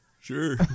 Sure